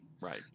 Right